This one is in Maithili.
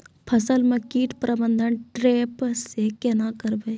फसल म कीट प्रबंधन ट्रेप से केना करबै?